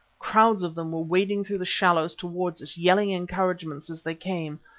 crowds of them were wading through the shallows towards us, yelling encouragements as they came.